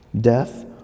Death